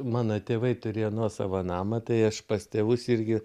mano tėvai turėjo nuosavą namą tai aš pas tėvus irgi